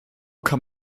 kann